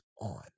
on